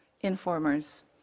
informers